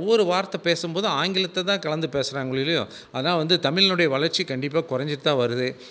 ஒவ்வொரு வார்த்தை பேசும்போதும் ஆங்கிலத்தை தான் கலந்து பேசுகிறாங்க ஒழியோ ஆனால் வந்து தமிழோட வளர்ச்சி கண்டிப்பாக குறஞ்சிட்டு தான் வருது